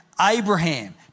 Abraham